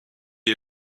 est